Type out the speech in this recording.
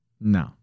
No